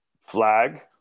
flag